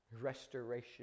restoration